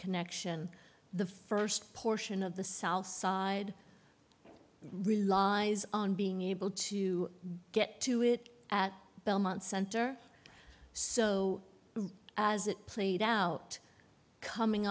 connection the first portion of the south side relies on being able to get to it at belmont center so as it played out coming